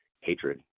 hatred